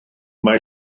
mai